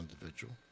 individual